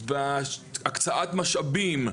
בהקצאת משאבים,